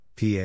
PA